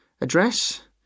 Address